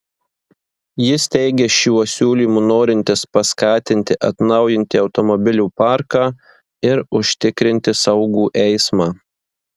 jis teigia šiuo siūlymu norintis paskatinti atnaujinti automobilių parką ir užtikrinti saugų eismą